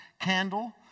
Candle